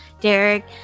Derek